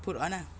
put on ah